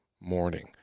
morning